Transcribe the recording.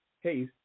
Hey